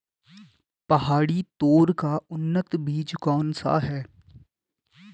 पहाड़ी तोर का उन्नत बीज कौन सा है?